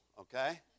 okay